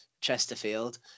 Chesterfield